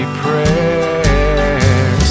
prayer